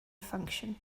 function